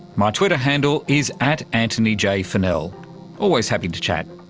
my twitter handle is at antonyjfunnell. always happy to chat.